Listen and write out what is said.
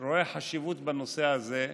רואה חשיבות בנושא הזה,